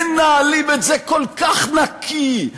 מנהלים את זה כל כך נקי,